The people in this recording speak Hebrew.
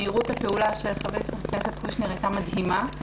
מהירות הפעולה של חבר הכנסת קושניר הייתה מדהימה.